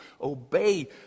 obey